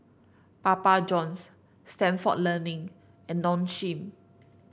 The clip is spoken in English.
Papa Johns Stalford Learning and Nong Shim